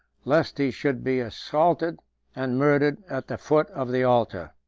lest he should be assaulted and murdered at the foot of the altar.